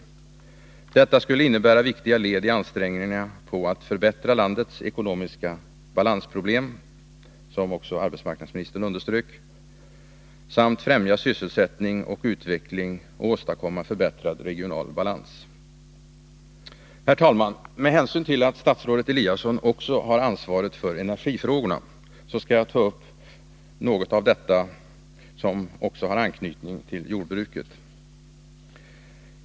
Detta skulle, som också arbetsmarknadsministern underströk, innebära viktiga led i ansträngningarna att förbättra landets ekonomiska balansproblem samt främja sysselsättning och utveckling och åstadkomma förbättrad regional balans. Herr talman! Med hänsyn till att statsrådet Eliasson också har ansvaret för energifrågorna skall jag ta upp en sådan fråga som också har anknytning till jordbruket.